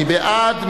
מי בעד?